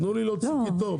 תנו לי להוציא קיטור,